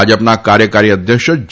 ભાજપના કાર્યકારી અધ્યક્ષ જે